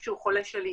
שהוא חולה שלי.